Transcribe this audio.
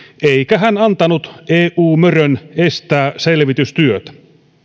eikä hän antanut eu mörön estää selvitystyötä